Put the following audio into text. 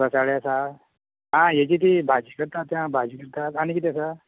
घोसाळें आसा आं येजी ती भाजी करतात भाजी विकतात आनी कितें आसा